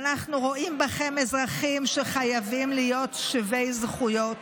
ואנחנו רואים בכם אזרחים שחייבים להיות שווי זכויות,